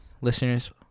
listeners